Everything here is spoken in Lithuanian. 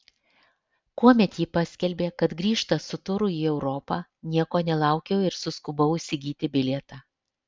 kuomet ji paskelbė kad grįžta su turu į europą nieko nelaukiau ir suskubau įsigyti bilietą